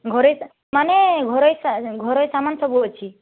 ଘରୋଇ ମାନେ ଘରୋଇ ଘରୋଇ ସାମାନ ସବୁ ଅଛି